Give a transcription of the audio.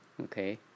Okay